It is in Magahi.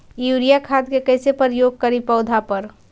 यूरिया खाद के कैसे प्रयोग करि पौधा पर?